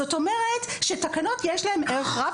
זאת אומרת, שתקנות יש להן ערך רב.